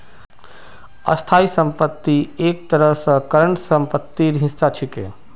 स्थाई संपत्ति एक तरह स करंट सम्पत्तिर हिस्सा छिके